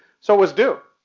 so it was due.